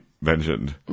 mentioned